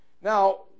Now